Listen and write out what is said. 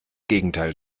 gegenteil